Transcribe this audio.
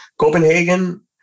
Copenhagen